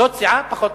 זו סיעה פחות טובה.